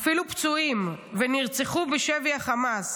אפילו פצועים, ונרצחו בשבי החמאס?